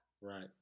Right